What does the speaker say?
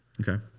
Okay